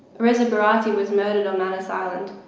reza berati was murdered on manus island.